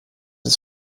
des